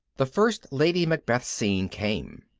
the first lady macbeth scene came.